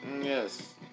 Yes